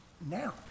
now